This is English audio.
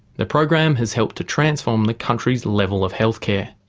the program has helped to transform the country's level of health care.